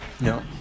No